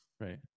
right